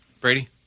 Brady